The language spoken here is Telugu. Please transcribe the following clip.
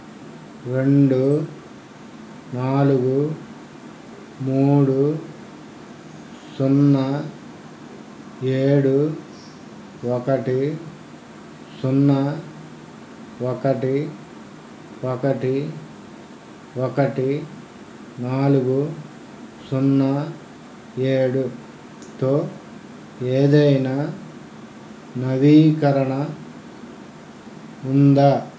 రెండు నాలుగు మూడు సున్నా ఏడు ఒకటి సున్నా ఒకటి ఒకటి ఒకటి నాలుగు సున్నా ఏడుతో ఏదైనా నవీకరణ ఉందా